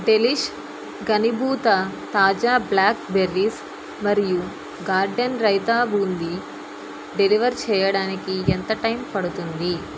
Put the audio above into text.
delish ఘనీభూత తాజా blackberries మరియు గార్డెన్ రైతా బూందీ డెలివర్ చేయడానికి ఎంత టైం పడుతుంది